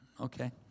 Okay